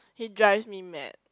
he drives me mad